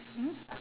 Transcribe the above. hmm